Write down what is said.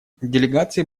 делегации